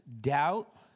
doubt